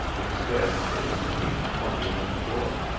instead it was a hand fumbling at the door.